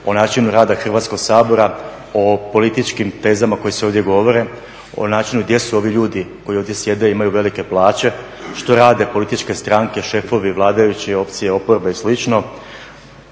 o načinu rada Hrvatskoga sabora, o političkim tezama koje se ovdje govore, o načinu gdje su ovi ljudi koji ovdje sjede i imaju velike plaće, što rade političke stranke, šefovi, vladajući, opcije, oporbe i